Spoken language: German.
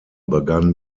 begann